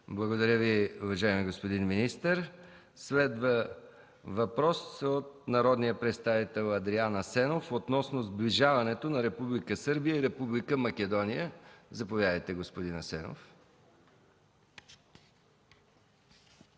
Благодаря Ви, уважаеми господин министър. Следва въпрос от народния представител Адриан Асенов относно сближаването на Република Сърбия и Република Македония. Заповядайте, господин Асенов.